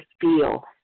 feel